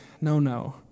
no-no